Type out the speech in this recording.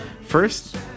First